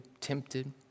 tempted